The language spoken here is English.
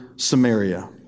Samaria